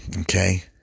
Okay